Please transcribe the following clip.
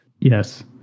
Yes